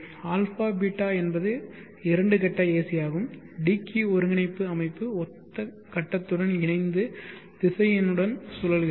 αβ என்பது இரண்டு கட்ட ஏசி ஆகும் dq ஒருங்கிணைப்பு அமைப்பு ஒத்த கட்டத்துடன் இணைந்து திசையனுடன் சுழல்கிறது